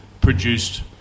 produced